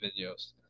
videos